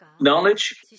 knowledge